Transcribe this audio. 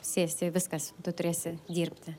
sėsi viskas tu turėsi dirbti